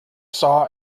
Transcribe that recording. saw